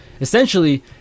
Essentially